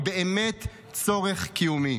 הן באמת צורך קיומי.